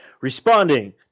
responding